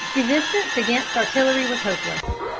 resistance against artillery was hopeless.